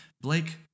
Blake